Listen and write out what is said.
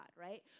right